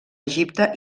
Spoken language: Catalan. egipte